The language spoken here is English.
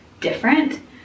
different